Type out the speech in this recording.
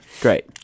great